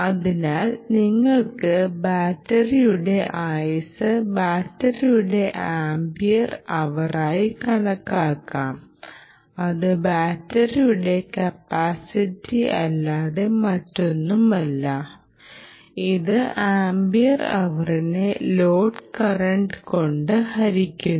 അതിനാൽ നിങ്ങൾക്ക് ബാറ്ററിയുടെ ആയുസ്സ് ബാറ്ററിയുടെ ആമ്പിയർ അവറായി കണക്കാക്കാം ഇത് ബാറ്ററിയുടെ കപ്പാസിറ്റിയല്ലാതെ മറ്റൊന്നുമല്ല ഇത് ആമ്പിയർ അവറിനെ ലോഡ് കറന്റ് കൊണ്ട് ഹരിക്കുന്നു